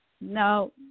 no